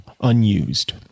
unused